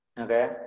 Okay